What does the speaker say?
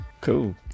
cool